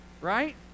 right